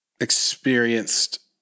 experienced